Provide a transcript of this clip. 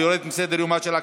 ויורדת מסדר-יומה של הכנסת.